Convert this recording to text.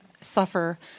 suffer